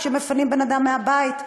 כשמפנים בן-אדם מהבית?